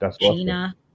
Gina